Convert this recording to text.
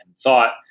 thought